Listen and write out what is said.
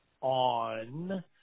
on